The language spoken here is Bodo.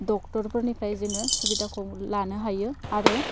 डक्टरफोरनिफ्राय जोङो सुबिदाखौ लानो हायो आरो